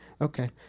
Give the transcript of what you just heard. Okay